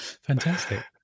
Fantastic